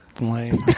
Lame